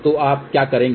तो आप क्या करेंगे